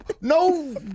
no